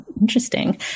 interesting